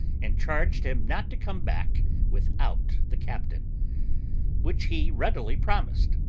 and charged him not to come back without the captain which he readily promised,